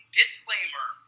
disclaimer